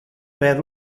per